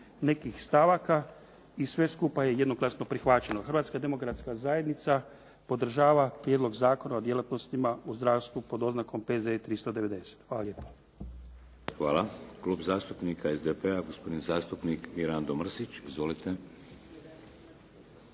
nekih stavaka i sve skupa je jednoglasno prihvaćeno. Hrvatska demokratska zajednica podržava Prijedlog Zakona o djelatnostima u zdravstvu pod oznakom P.Z.E. 390. Hvala lijepa. **Šeks, Vladimir (HDZ)** Hvala. Klub zastupnika SDP-a gospodin zastupnik Mirando Mrsić. Izvolite.